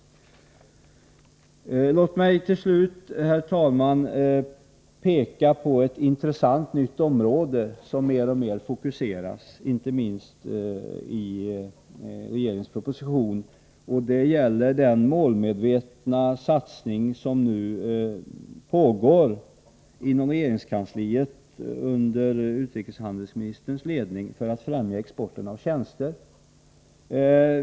Låt mig även peka på ett nytt intressant område som mer och mer fokuseras, inte minst i regeringens proposition, och det gäller den målmedvetna satsning som nu görs inom regeringskansliet under utrikeshandelsministerns ledning för att främja exporten av tjänster.